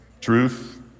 Truth